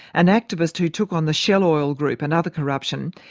an activist who took on the shell oil group and other corruption,